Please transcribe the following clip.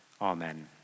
amen